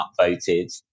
upvoted